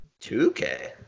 2k